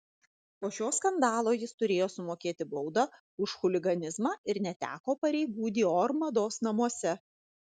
po šio skandalo jis turėjo sumokėti baudą už chuliganizmą ir neteko pareigų dior mados namuose